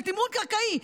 של תמרון קרקעי,